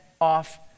off